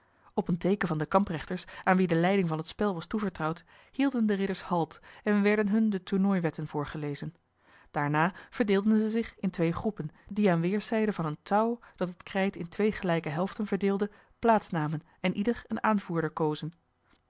op een teeken van de kamprechters aan wie de leiding van het spel was toevertrouwd hielden de ridders halt en werden hun de tournooiwetten voorgelezen daarna verdeelden zij zich in twee groepen die aan weerszijden van een touw dat het krijt in twee gelijke helften verdeelde plaats namen en ieder een aanvoerder kozen